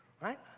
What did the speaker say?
right